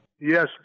Yes